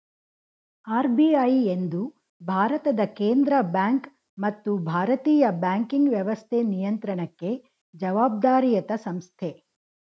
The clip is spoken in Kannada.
ಆರ್.ಬಿ.ಐ ಎಂದು ಭಾರತದ ಕೇಂದ್ರ ಬ್ಯಾಂಕ್ ಮತ್ತು ಭಾರತೀಯ ಬ್ಯಾಂಕಿಂಗ್ ವ್ಯವಸ್ಥೆ ನಿಯಂತ್ರಣಕ್ಕೆ ಜವಾಬ್ದಾರಿಯತ ಸಂಸ್ಥೆ